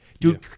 dude